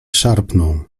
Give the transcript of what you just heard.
szarpną